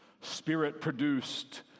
Spirit-produced